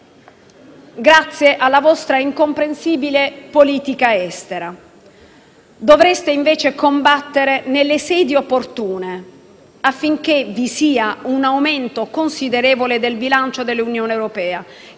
causa della vostra incomprensibile politica estera. Dovreste invece combattere nelle sedi opportune affinché vi sia un aumento considerevole degli stanziamenti di bilancio dell'Unione europea,